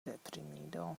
deprimido